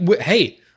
Hey